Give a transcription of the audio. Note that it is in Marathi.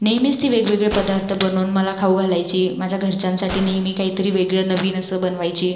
नेहमीच ती वेगवेगळे पदार्थ बनवून मला खाऊ घालायची माझ्या घरच्यांसाठी नेहमी काहीतरी वेगळं नवीन असं बनवायची